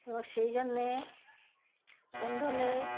এবং সেই জন্যে সন্ধে হলে